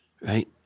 right